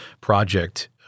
project